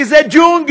כי זה ג'ונגל,